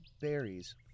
berries